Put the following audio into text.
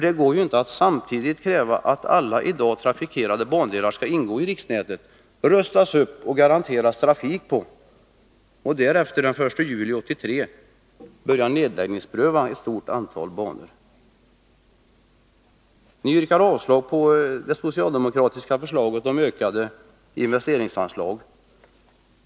Det går inte att samtidigt kräva att alla i dag trafikerade bandelar skall ingå i riksnätet, rustas upp och garanteras trafik, och att man samtidigt den 1 juli 1983 skall börja nedläggningspröva ett stort antal banor. Ni yrkar avslag på det socialdemokratiska förslaget om ökat investeringsanslag.